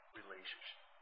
relationship